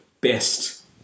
best